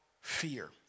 fear